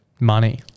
Money